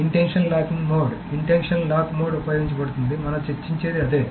intention locking mode intention lock mode ఉపయోగించ బడుతుంది మనం చర్చించేది అదే